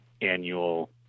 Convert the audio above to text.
annual